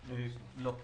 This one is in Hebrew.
בבקשה.